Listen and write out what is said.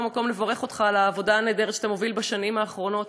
פה המקום לברך אותך על העבודה הנהדרת שאתה מוביל בשנים האחרונות,